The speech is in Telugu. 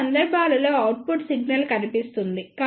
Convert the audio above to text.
ఈ సందర్భాలలో అవుట్పుట్ సిగ్నల్ కనిపిస్తుంది